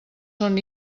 són